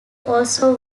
also